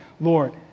Lord